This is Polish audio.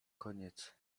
koniec